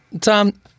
Tom